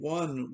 one